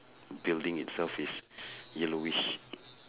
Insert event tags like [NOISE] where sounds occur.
building itself is [BREATH] yellowish